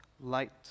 light